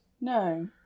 No